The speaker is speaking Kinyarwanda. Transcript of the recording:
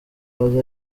haza